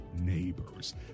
neighbors